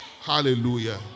Hallelujah